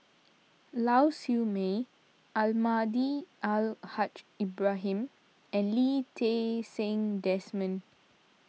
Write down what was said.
Lau Siew Mei Almahdi Al Haj Ibrahim and Lee Ti Seng Desmond